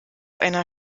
einer